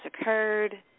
occurred